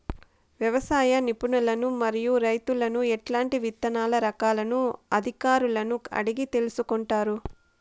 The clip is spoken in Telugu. వ్యవసాయ నిపుణులను మరియు రైతులను ఎట్లాంటి విత్తన రకాలను అధికారులను అడిగి తెలుసుకొంటారు?